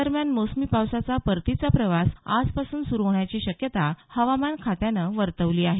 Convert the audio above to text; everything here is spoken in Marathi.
दरम्यान मोसमी पावसाचा परतीचा प्रवास आजपासून सुरू होण्याची शक्यता हवामान खात्यानं वर्तवली आहे